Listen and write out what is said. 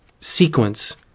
sequence